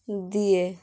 দিয়ে